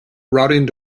routing